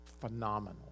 phenomenal